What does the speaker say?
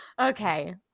Okay